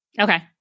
Okay